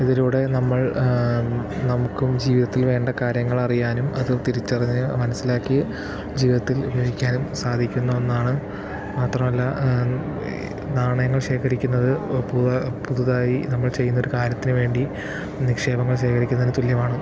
അതിലൂടെ നമ്മൾ നമുക്കും ജീവിതത്തിൽ വേണ്ട കാര്യങ്ങൾ അറിയാനും അത് തിരിച്ചറിഞ്ഞ് മനസ്സിലാക്കി ജീവിതത്തിൽ ഉപയോഗിക്കാനും സാധിക്കുന്ന ഒന്നാണ് മാത്രല്ല നാണയങ്ങൾ ശേഖരിക്കുന്നത് എപ്പോളും പുതുതായി നമ്മൾ ചെയ്യുന്ന കാര്യത്തിനു വേണ്ടി നിക്ഷേപങ്ങൾ ശേഖരിക്കുന്നതിന് തുല്യമാണ്